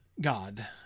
God